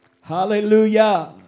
Hallelujah